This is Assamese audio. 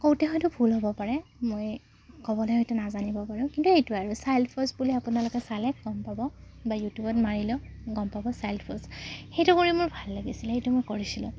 কওঁতে হয়তো ভুল হ'ব পাৰে মই ক'বলৈ হয়তো নাজানিব পাৰোঁ কিন্তু সেইটো আৰু পজ বুলি আপোনালোকে চালে গম পাব বা ইউটিউবত মাৰিলেও গম পাব পজ সেইটো কৰি মোৰ ভাল লাগিছিলে সেইটো মই কৰিছিলোঁ